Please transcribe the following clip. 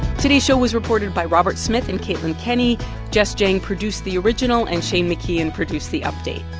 today's show was reported by robert smith and caitlin kenney jess jiang produced the original, and shane mckeon produced the update.